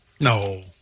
No